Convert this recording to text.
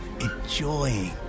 enjoying